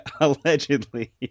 Allegedly